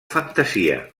fantasia